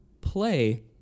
play